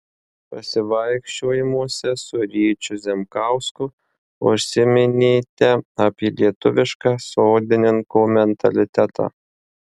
pasivaikščiojimuose su ryčiu zemkausku užsiminėte apie lietuvišką sodininko mentalitetą